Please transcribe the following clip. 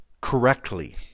correctly